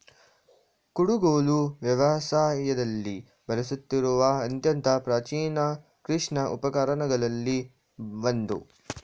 ಕುಡುಗೋಲು ವ್ಯವಸಾಯದಲ್ಲಿ ಬಳಸುತ್ತಿರುವ ಅತ್ಯಂತ ಪ್ರಾಚೀನ ಕೃಷಿ ಉಪಕರಣಗಳಲ್ಲಿ ಒಂದು